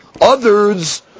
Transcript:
Others